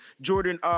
Jordan